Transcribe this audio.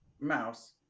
mouse